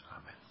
Amen